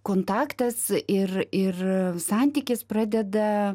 kontaktas ir ir santykis pradeda